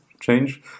change